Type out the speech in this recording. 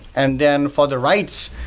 and then for the writes,